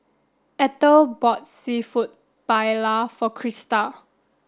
Ethel bought Seafood Paella for Christa